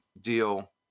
deal